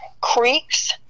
creeks